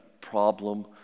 problem